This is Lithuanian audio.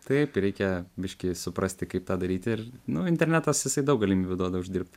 taip reikia biškį suprasti kaip tą daryti ir nu internetas jisai daug galimybių duoda uždirbt